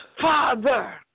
Father